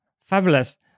Fabulous